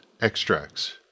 extracts